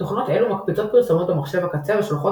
תוכנות אלו מקפיצות פרסומות במחשב הקצה ושולחות